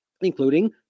including